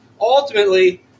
ultimately